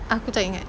aku tak ingat